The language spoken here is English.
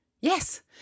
Yes